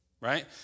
Right